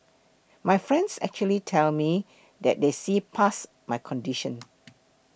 my friends actually tell me that they see past my condition